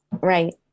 Right